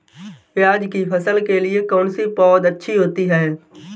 प्याज़ की फसल के लिए कौनसी पौद अच्छी होती है?